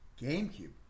GameCube